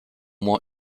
moins